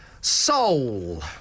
Soul